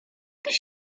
tyś